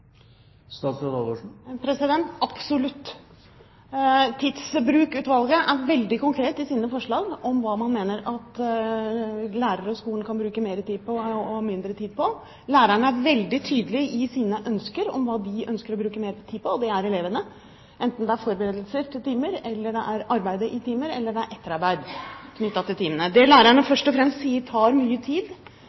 Absolutt! Tidsbrukutvalget er veldig konkret i sine forslag om hva man mener at lærerne og skolen kan bruke mer tid på, og hva de kan bruke mindre tid på. Lærerne er veldig tydelige på hva de ønsker å bruke mer tid på: Det er elevene – enten det er forberedelse til timer, arbeid i timene eller etterarbeid knyttet til timene. Det lærerne først og fremst sier tar mye tid,